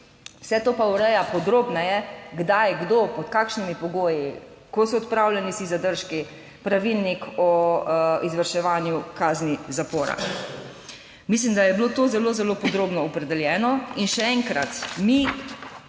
vse to pa ureja podrobneje kdaj, kdo, pod kakšnimi pogoji, ko so odpravljeni vsi zadržki Pravilnik o izvrševanju kazni zapora. Mislim, da je bilo to zelo, zelo podrobno opredeljeno. In še enkrat, mi